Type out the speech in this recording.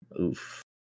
Oof